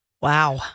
Wow